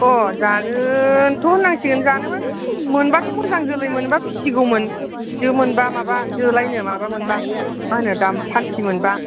अ जानोथ' नांसिगोन जानोमोन मोनब्लाथ' मोजां जोलै मोजां मोनोब्ला फिगौमोन जो मोनब्ला माबा जोलायनो माबा मोनब्ला माहोनो फान्थि मोनब्ला